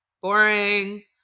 Boring